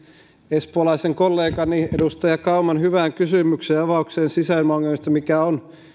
espoolaisen kollegani edustaja kauman hyvään kysymykseen ja avaukseen sisäilmaongelmista mitkä ovat